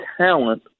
talent